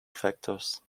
factors